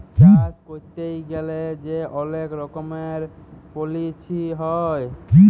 চাষ ক্যইরতে গ্যালে যে অলেক রকমের পলিছি হ্যয়